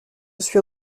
suis